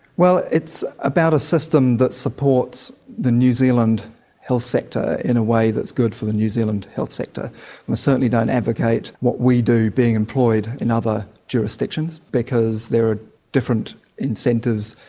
well, it's about a system that supports the new zealand health sector in a way that's good for the new zealand health sector. we certainly don't advocate what we do being employed in other jurisdictions because there are different incentives,